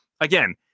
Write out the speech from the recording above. again